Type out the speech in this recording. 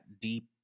deep